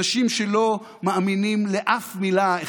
אנשים שלא מאמינים לאף מילה,